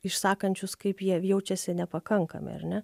išsakančius kaip jie jaučiasi nepakankami ar ne